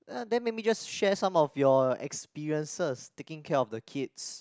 then maybe just share some of your experiences taking care of the kids